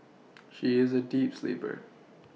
she is a deep sleeper